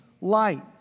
light